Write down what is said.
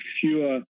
fewer